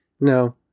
No